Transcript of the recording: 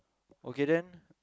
okay then